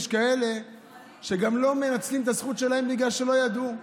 יש כאלה שלא מנצלים את הזכות שלהם בגלל שהם לא ידעו.